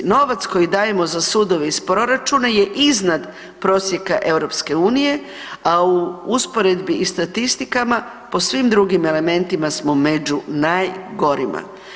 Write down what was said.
Novac koji dajemo za sudove iz proračuna je iznad prosjeka Europske unije, a u usporedbi i statistikama po svim drugim elementima smo među najgorima.